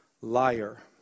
liar